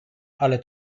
ale